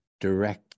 direct